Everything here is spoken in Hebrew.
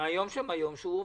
מהיום שהוא עובר.